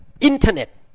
internet